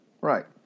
Right